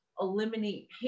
eliminate